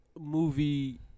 movie